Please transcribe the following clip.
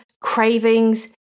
cravings